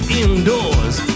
indoors